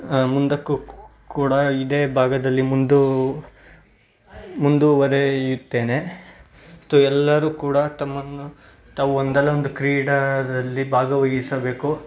ಮುಂದಕ್ಕೂ ಕೂಡ ಇದೇ ಭಾಗದಲ್ಲಿ ಮುಂದು ಮುಂದುವರೆಯುತ್ತೇನೆ ಮತ್ತು ಎಲ್ಲರೂ ಕೂಡ ತಮ್ಮನ್ನು ತಾವು ಒಂದಲ್ಲ ಒಂದು ಕ್ರೀಡಾದಲ್ಲಿ ಭಾಗವಹಿಸಬೇಕು